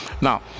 Now